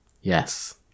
Yes